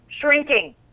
shrinking